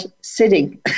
sitting